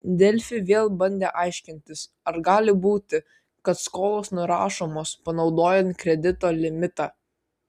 delfi vėl bandė aiškintis ar gali būti kad skolos nurašomos panaudojant kredito limitą